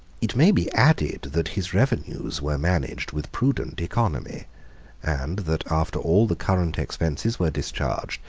it may be added, that his revenues were managed with prudent economy and that after all the current expenses were discharged,